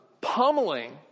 pummeling